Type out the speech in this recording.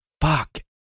Fuck